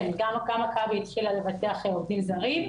כן, גם מכבי התחילה לבטח עובדים זרים,